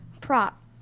prop